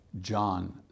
John